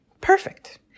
Perfect